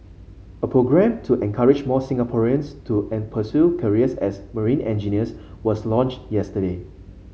a programme to encourage more Singaporeans to an pursue careers as marine engineers was launched yesterday